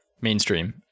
mainstream